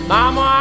Mama